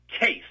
case